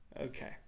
Okay